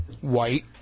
white